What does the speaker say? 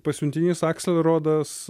pasiuntinys akselrodas